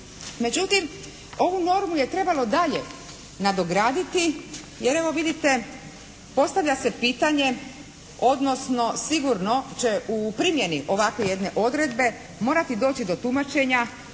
Međutim ovu normu je trebalo dalje nadograditi jer evo vidite postavlja se pitanje odnosno sigurno će u primjeni ovakve jedne odredbe morati doći do tumačenja